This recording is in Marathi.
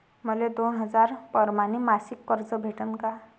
मले दोन हजार परमाने मासिक कर्ज कस भेटन?